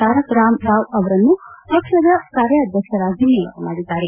ತಾರಕ ರಾಮರಾವ್ ಅವರನ್ನು ಪಕ್ಷದ ಕಾರ್ಯಾಧ್ಯಕ್ಷರಾಗಿ ನೇಮಕ ಮಾಡಿದ್ದಾರೆ